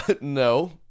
No